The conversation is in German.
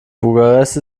bukarest